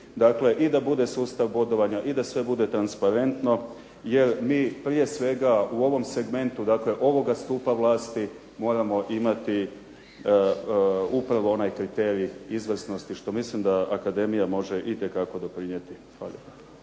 dakle i da bude sustav bodovanja i da sve bude transparentno jer mi prije svega, u ovom segmentu ovoga stupa vlasti moramo imati upravo onaj kriterij izvrsnosti, što mislim da Akademija može itekako doprinijeti. Hvala